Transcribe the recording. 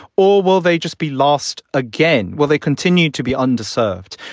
or will they just be lost again? will they continue to be underserved?